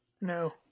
No